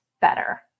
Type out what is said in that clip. better